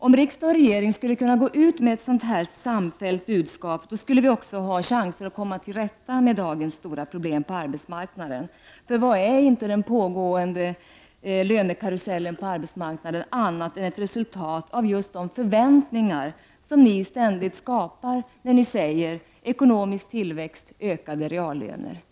Om riksdag och regering kunde gå ut med ett sådant här samfällt budskap, skulle vi också ha chanser att komma till rätta med dagens stora problem på arbetsmarknaden. Vad är inte den pågående lönekarusellen på arbetsmarknaden annat än ett resultat av just de förväntningar som ni ständigt skapar när ni talar om ekonomisk tillväxt och ökade reallöner?